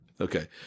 Okay